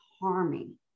harming